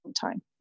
time